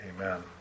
Amen